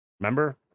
Remember